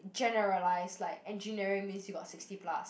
generalise like engineering means you got sixty plus